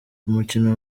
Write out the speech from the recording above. umukino